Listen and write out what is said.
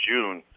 June